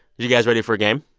you guys ready for a game,